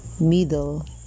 middle